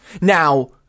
Now